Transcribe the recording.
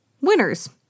Winners